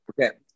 Okay